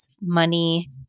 money